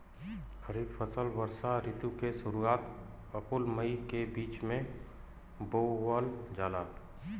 खरीफ फसल वषोॅ ऋतु के शुरुआत, अपृल मई के बीच में बोवल जाला